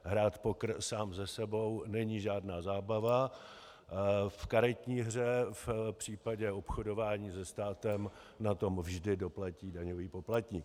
Hrát poker sám se sebou není žádná zábava v karetní hře, v případě obchodování se státem na to vždy doplatí daňový poplatník.